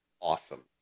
awesome